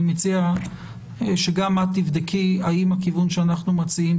אני מציע שגם את תבדקי האם הכיוון שאנחנו מציעים,